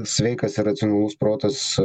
sveikas ir racionalus protas